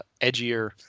Edgier